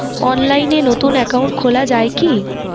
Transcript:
অনলাইনে নতুন একাউন্ট খোলা য়ায় কি?